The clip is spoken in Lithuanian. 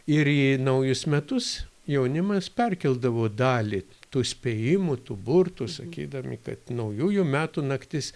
ir į naujus metus jaunimas perkeldavo dalį tų spėjimų tų burtų sakydami kad naujųjų metų naktis